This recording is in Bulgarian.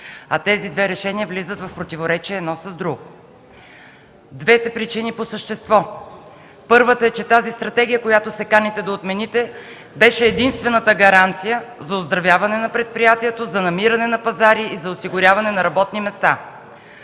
а тези две решения влизат в противоречие едно с друго. Двете причини по същество: Първата е, че тази стратегия, която се каните да отмените, беше единствената гаранция за оздравяване на предприятието, за намиране на пазари и за осигуряване на работни места.